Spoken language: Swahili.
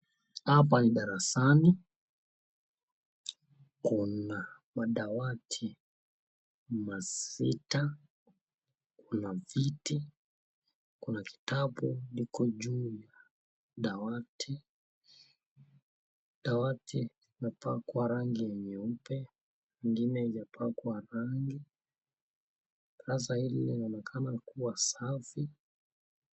Hapa ni darasani kuna madawati masita, kuna viti, kuna kitabu iko juu ya dawati. Dawati imepakwa rangi ya nyeupe ingine haijapakwa rangi sasa hili linaonekana kuwa safi.